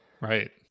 Right